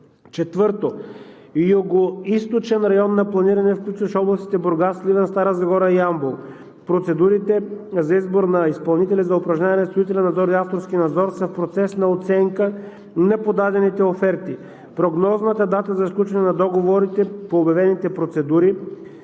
Четвърто, Югоизточен район на планиране, включващ областите Бургас, Сливен, Стара Загора и Ямбол. Процедурите за избор на изпълнители за упражняване на строителен и авторски надзор са в процес на оценка и на подадените оферти. Прогнозната дата за сключване на договорите по обявените процедури